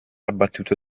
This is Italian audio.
abbattuto